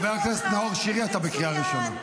חבר הכנסת נאור שירי, אתה בקריאה ראשונה.